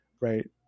right